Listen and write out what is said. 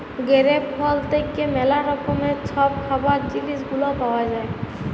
grape ফল থ্যাইকে ম্যালা রকমের ছব খাবারের জিলিস গুলা পাউয়া যায়